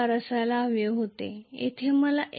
4 असायला हवे होते येथे मला 1